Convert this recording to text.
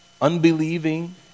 Unbelieving